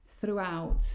throughout